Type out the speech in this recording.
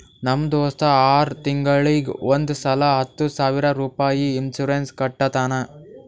ನಮ್ ದೋಸ್ತ ಆರ್ ತಿಂಗೂಳಿಗ್ ಒಂದ್ ಸಲಾ ಹತ್ತ ಸಾವಿರ ರುಪಾಯಿ ಇನ್ಸೂರೆನ್ಸ್ ಕಟ್ಟತಾನ